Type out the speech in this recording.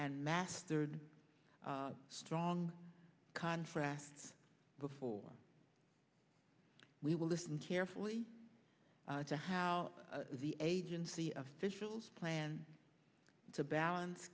and mastered strong contrasts before we will listen carefully to how the agency officials plan to balance